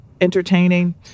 entertaining